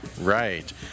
Right